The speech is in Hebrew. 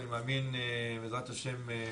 אני מאמין בעזרת השם,